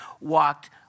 walked